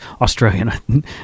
Australian